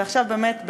ועכשיו באמת,